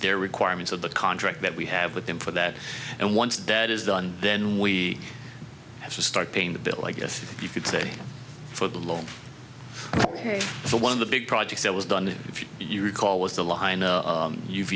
their requirements of the contract that we have with them for that and once that is done then we have to start paying the bill i guess you could say for the loan for one of the big projects that was done if you recall was the line